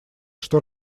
что